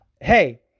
Hey